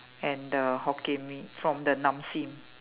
and the Hokkien Mee from the Nam Sing